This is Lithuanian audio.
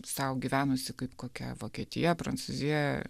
sau gyvenusi kaip kokia vokietija prancūzija